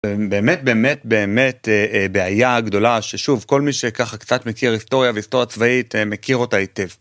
באמת באמת באמת בעיה גדולה ששוב כל מי שככה קצת מכיר היסטוריה והיסטוריה הצבאית מכיר אותה היטב.